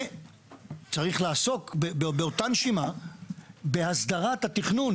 וצריך לעסוק באותה נשימה בהסדרת התכנון,